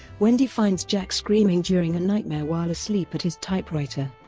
wendy finds jack screaming during a nightmare while asleep at his typewriter.